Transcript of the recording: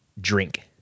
drink